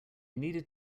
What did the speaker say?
needed